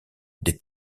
des